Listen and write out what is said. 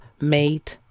made